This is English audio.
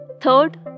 Third